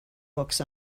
books